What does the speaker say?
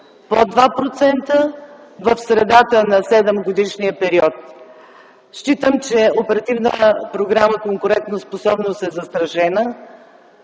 Под 2% - в средата на 7-годишния период! Считам, че Оперативната програма „Конкурентоспособност” е застрашена